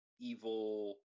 evil